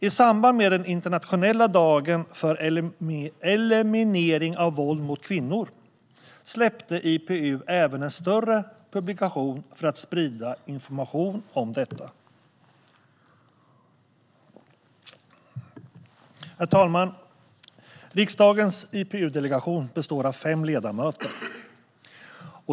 I samband med den internationella dagen för eliminering av våld mot kvinnor släppte IPU även en större publikation för att sprida information om detta. Herr talman! Riksdagens IPU-delegation består av fem ledamöter.